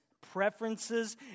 preferences